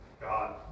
God